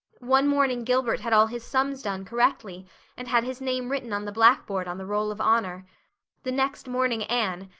one morning gilbert had all his sums done correctly and had his name written on the blackboard on the roll of honor the next morning anne,